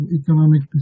economic